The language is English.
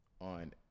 on